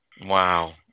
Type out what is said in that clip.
Wow